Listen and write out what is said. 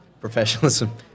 professionalism